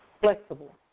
flexible